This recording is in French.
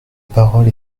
parole